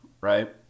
right